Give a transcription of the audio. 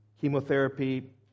Chemotherapy